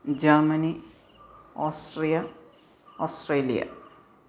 Germany Austria Australia